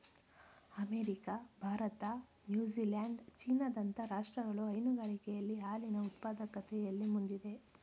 America, Bharat, New Zealand, China ದಂತ ರಾಷ್ಟ್ರಗಳು ಹೈನುಗಾರಿಕೆಯಲ್ಲಿ ಹಾಲಿನ ಉತ್ಪಾದಕತೆಯಲ್ಲಿ ಮುಂದಿದೆ